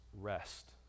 rest